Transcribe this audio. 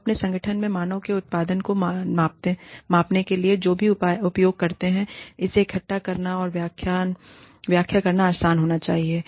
हम अपने संगठन में मानव के उत्पादन को मापने के लिए जो भी उपयोग करते हैं उसे इकट्ठा करना और व्याख्या करना आसान होना चाहिए